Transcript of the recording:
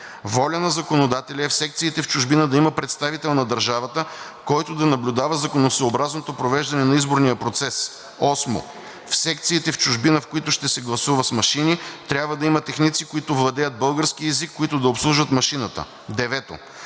Воля на законодателя е в секциите в чужбина да има представител на държавата, който да наблюдава законосъобразното провеждане на изборния процес. 8. В секциите в чужбина, в които ще се гласува с машини, трябва да има техници, които владеят български език, които да обслужват машината. 9.